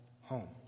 home